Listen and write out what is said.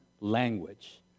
language